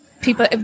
people